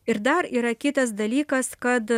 ir dar yra kitas dalykas kad